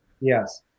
Yes